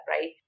right